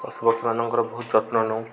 ପଶୁପକ୍ଷୀମାନଙ୍କର ବହୁତ ଯତ୍ନ ନେଉ